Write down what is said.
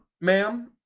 ma'am